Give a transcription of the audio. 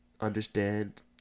understand